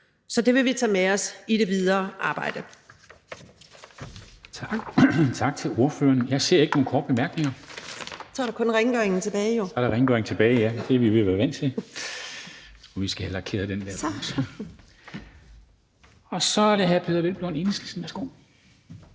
så det vil vi tage med os i det videre arbejde.